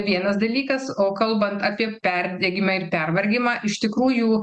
vienas dalykas o kalbant apie perdegimą ir pervargimą iš tikrųjų